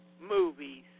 movies